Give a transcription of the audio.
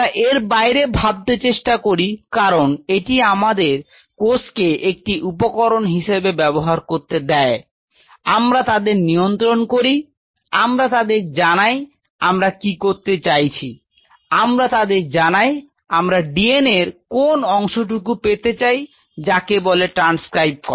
আমরা এর বাইরে ভাবতে চেষ্টা করি কারন এটি আমাদের কোষকে একটি উপকরন হিসেবে ব্যবহার করতে দেয় আমরা তাদের নিয়ন্ত্রণ করি আমরা তাদের জানাই আমরা কি করতে চাইছি আমরা তাদের জানাই আমরা DNA র কোন অংশটুকু পেতে চাই যাকে বলে ট্রান্সক্রাইব করা